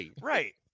Right